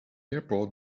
airport